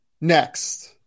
Next